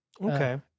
Okay